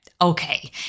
okay